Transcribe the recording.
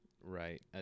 right